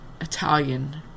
Italian